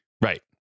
right